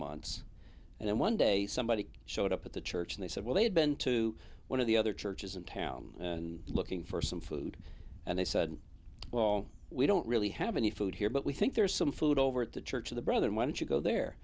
months and then one day somebody showed up at the church and they said well they had been to one of the other churches in town looking for some food and they said well we don't really have any food here but we think there's some food over at the church of the brother and want to go there